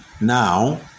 Now